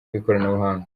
bw’ikoranabuhanga